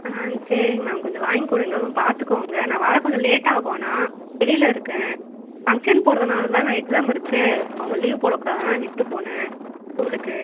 ஆ சரிங்க மேம் கொஞ்சம் வாங்கிக் கொடுங்க கொஞ்சம் பார்த்துக்கோங்க நான் வர கொஞ்சம் லேட் ஆகும் ஆனால் வெளியில் இருக்கேன் ஃபங்க்ஷன் போறதுனால் தான் நான் எக்ஸாம் இருக்குது அவங்க லீவ் போடக்கூடாதுனு தான் விட்டுப் போனேன் ஸ்கூலுக்கு